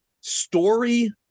story